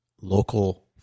local